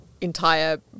entire